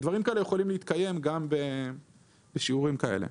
דברים כאלה יכולים להתקיים גם בשיעורים כאלה.